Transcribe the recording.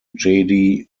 jedi